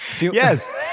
Yes